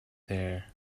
there